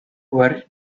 where